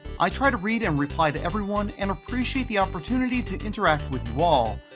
i try to read and reply to everyone and appreciate the opportunity to interact with you all.